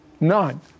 None